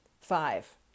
Five